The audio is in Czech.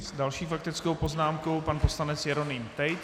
S další faktickou poznámkou pan poslanec Jeroným Tejc.